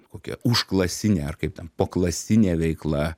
kokia užklasinė ar kaip ten poklasinė veikla